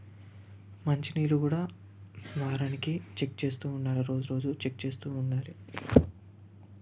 మంచినీరు కూడా వారానికి చెక్ చేస్తూ ఉండాలి రోజు రోజు చెక్ చేస్తూ ఉండాలి